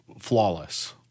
flawless